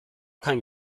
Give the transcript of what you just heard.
kein